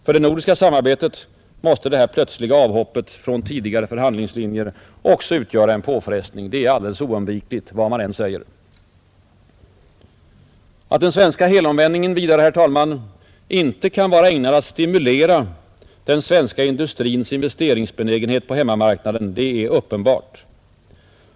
För det nordiska samarbetet måste det här plötsliga avhoppet från tidigare förhandlingslinjer utgöra en påfrestning. Det är alldeles oundvikligt, vad man än säger. Att den svenska helomvändningen vidare, herr talman, inte kan vara ägnad att stimulera den svenska industrins investeringsbenägenhet på hemmamarknaden är uppenbart.